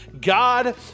God